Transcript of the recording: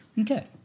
Okay